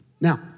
Now